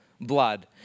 blood